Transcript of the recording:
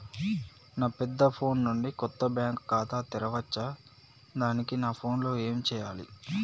నా పెద్ద ఫోన్ నుండి కొత్త బ్యాంక్ ఖాతా తెరవచ్చా? దానికి నా ఫోన్ లో ఏం చేయాలి?